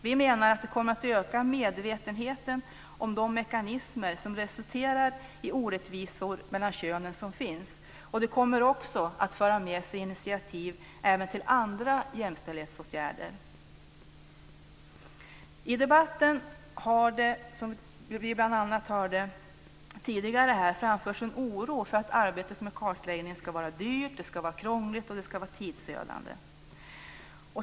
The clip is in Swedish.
Vi menar att det kommer att öka medvetenheten om de mekanismer som resulterar i de orättvisor mellan könen som finns. Det kommer också att föra med sig initiativ även till andra jämställdhetsåtgärder. I debatten har det, som vi bl.a. hörde här tidigare, framförts en oro för att arbetet med kartläggningen ska vara dyrt, krångligt och tidsödande.